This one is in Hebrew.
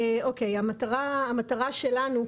המטרה שלנו,